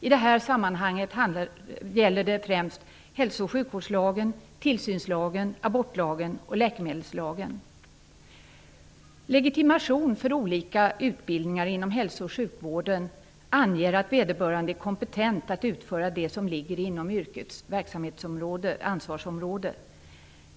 I det här sammanhanget gäller det främst hälso och sjukvårdslagen, tillsynslagen, abortlagen och läkemedelslagen. Legitimation för olika utbildningar inom hälso och sjukvården anger att vederbörande är kompetent att utföra det som ligger inom yrkets ansvarsområde.